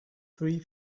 three